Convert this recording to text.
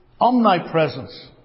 omnipresence